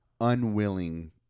unwilling